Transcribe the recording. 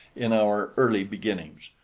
in our early beginnings.